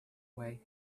way